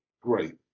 great